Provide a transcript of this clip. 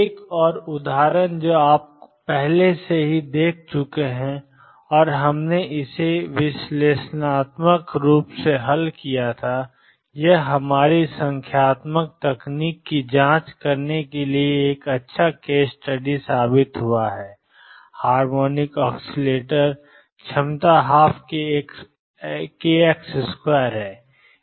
एक और उदाहरण जो आप पहले ही देख चुके हैं और हमने इसे विश्लेषणात्मक रूप से हल कर लिया है और यह हमारी संख्यात्मक तकनीकों की जांच करने के लिए एक अच्छा केस स्टडी साबित हुआ है हार्मोनिक ऑसीलेटर क्षमता 12kx2 है